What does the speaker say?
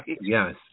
yes